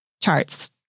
charts